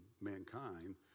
mankind